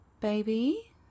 Baby